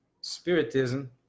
spiritism